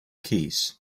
keys